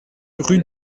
rue